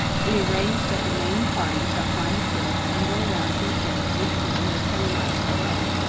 we arrange that the main party shall climb the cliff and go around to a point eighteen or twenty miles below,